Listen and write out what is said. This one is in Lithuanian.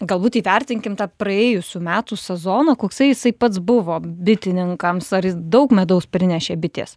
galbūt įvertinkim tą praėjusių metų sezoną koksai jisai pats buvo bitininkams ar jis daug medaus prinešė bitės